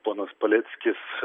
ponas paleckis